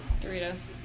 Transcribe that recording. Doritos